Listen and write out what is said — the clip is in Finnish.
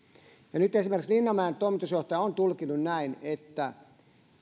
nyt esimerkiksi linnanmäen toimitusjohtaja on tulkinnut näin että